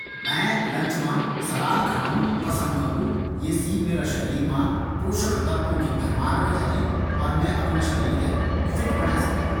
मैं लंच मा सलाद खाणु पसंद करलू। ये से मेरा शरीर मा पोषक तत्वों की भरमार ह्वे जाली। और मैं अफणा शरीर थें फिट बणे सकदूँ।